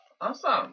Awesome